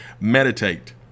Meditate